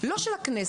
לא של הכנסת,